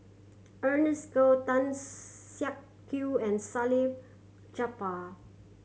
Ernest Goh Tan Siak Kew and Salleh Japar